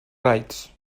raids